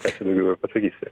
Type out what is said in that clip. ką čia daugiau ir pasakysi